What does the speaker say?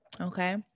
Okay